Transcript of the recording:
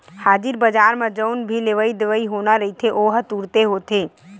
हाजिर बजार म जउन भी लेवई देवई होना रहिथे ओहा तुरते होथे